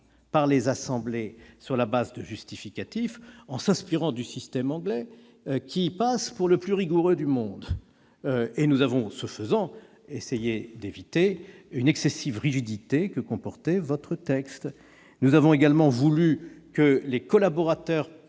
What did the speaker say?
par les assemblées sur la base de justificatifs, nous inspirant du système anglais, qui passe pour le plus rigoureux au monde. Ce faisant, nous avons essayé d'éviter l'excessive rigidité qui caractérisait votre texte. Nous avons également voulu que les collaborateurs